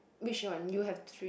which one you have three